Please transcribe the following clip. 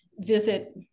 visit